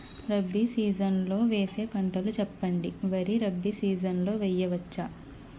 Rabi season లో వేసే పంటలు చెప్పండి? వరి రబీ సీజన్ లో వేయ వచ్చా?